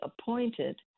appointed